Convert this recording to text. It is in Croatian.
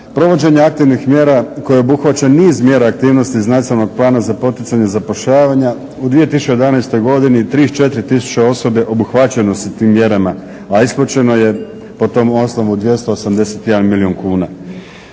Provođenje aktivnih mjera koje obuhvaća niz mjera aktivnosti iz Nacionalnog plana za poticanje zapošljavanja u 2011. godini 34 tisuće osoba obuhvaćeno je tim mjerama, a isplaćeno je po tom osnovu 281 milijun kuna.